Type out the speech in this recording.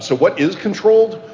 so what is controlled?